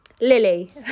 Lily